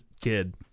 kid